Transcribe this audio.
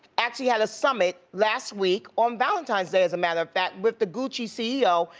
actually had a summit last week, on valentine's day as a matter of fact, with the gucci ceo.